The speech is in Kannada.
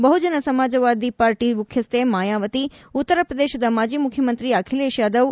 ಬಹುಜನ್ ಸಮಾಜ್ಪಾರ್ಟಿ ಮುಖ್ಯಕ್ಕೆ ಮಾಯಾವತಿ ಉತ್ತರಪ್ರದೇಶದ ಮಾಜಿ ಮುಖ್ಯಮಂತ್ರಿ ಅಖಿಲೇಶ್ ಯಾದವ್